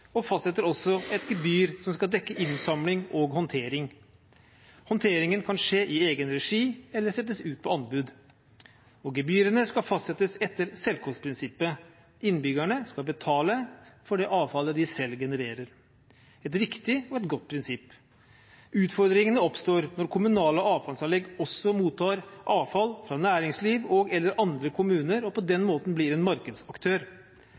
og fastsetter et gebyr som skal dekke innsamling og håndtering. Håndteringen kan skje i egen regi eller settes ut på anbud. Gebyrene skal fastsettes etter selvkostprinsippet: innbyggerne skal betale for det avfallet de selv genererer – et riktig og godt prinsipp. Utfordringene oppstår når kommunale avfallsanlegg også mottar avfall fra næringsliv og/eller andre kommuner og på den måten blir en markedsaktør.